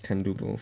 can't do both